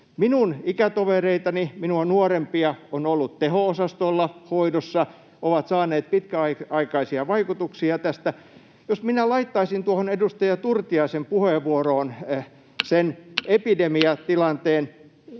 Minun ikätovereitani, minua nuorempia on ollut teho-osastolla hoidossa, ovat saaneet pitkäaikaisia vaikutuksia tästä. Jos minä laittaisin tuohon edustaja Turtiaisen puheenvuoroon [Puhemies